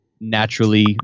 naturally